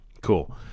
Cool